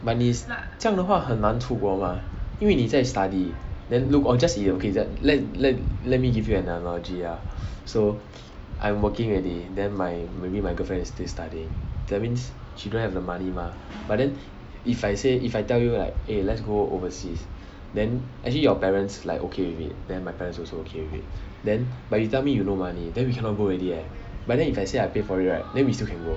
but 你这样的话很难出国吗因为你在 study then 如果 just let's let's let me give you an analogy lah so I'm working already then my maybe my girlfriend is still studying that means she don't have the money mah but then if I say if I tell you like eh let's go overseas then actually your parents like okay with it then my parents also okay with it then but you tell me you no money then we cannot go already leh but then if I say I pay for it right then we still can go